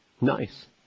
Nice